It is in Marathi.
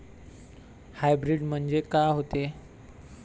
हाइब्रीड म्हनजे का होते?